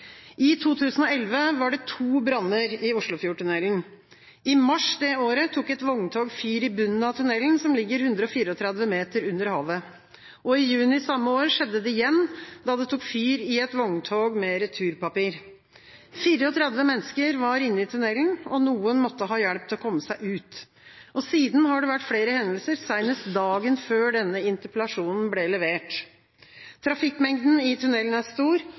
I 2011 var det to branner i Oslofjordtunnelen. I mars det året tok et vogntog fyr i bunnen av tunnelen, som ligger 134 m under havoverflaten. I juni samme år skjedde det igjen, da det tok fyr i et vogntog med returpapir. 34 mennesker var inne i tunnelen, og noen måtte ha hjelp til å komme seg ut. Siden har det vært flere hendelser, seinest dagen før denne interpellasjonen ble levert. Trafikkmengden i tunnelen er stor.